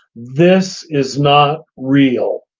this is not real.